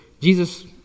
Jesus